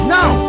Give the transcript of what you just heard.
Now